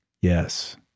Yes